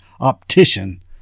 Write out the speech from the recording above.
optician